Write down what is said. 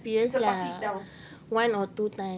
it's a pass it down